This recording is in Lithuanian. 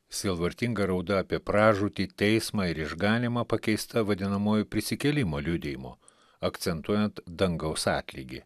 sielvartinga rauda apie pražūtį teismą ir išganymą pakeista vadinamuoju prisikėlimo liudijimu akcentuojant dangaus atlygį